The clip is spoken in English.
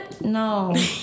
No